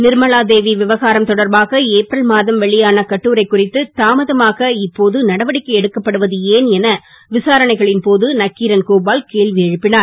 நிர்மலாதேவி விவகாரம் தொடர்பாக ஏப்ரல் மாதம் வெளியான கட்டுரை குறித்து தாமதமாக இப்போது நடவடிக்கை எடுக்கப்படுவது ஏன் என விசாரணைகளின் போது நக்கீரன் கோபால் கேள்வி எழுப்பினார்